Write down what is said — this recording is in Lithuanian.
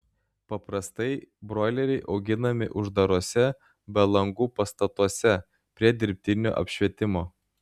paprastai broileriai auginami uždaruose be langų pastatuose prie dirbtinio apšvietimo